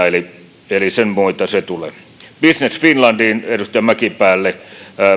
eli sen myötä se tulee business finlandiin edustaja mäkipäälle